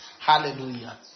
Hallelujah